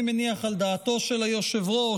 אני מניח שעל דעתו של היושב-ראש,